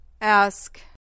Ask